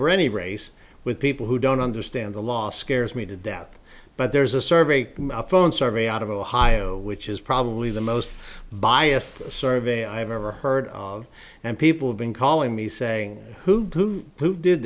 or any race with people who don't understand the law scares me to death but there's a survey a phone survey out of ohio which is probably the most biased survey i've ever heard of and people have been calling me saying who